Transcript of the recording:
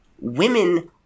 women